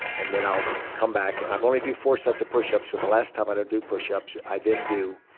and then i'll come back. and i only do four sets of pushups, so the last time, i don't do pushups. i then do